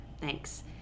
thanks